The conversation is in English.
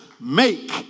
make